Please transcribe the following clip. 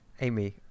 amy